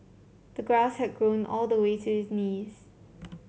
the grass had grown all the way to his knees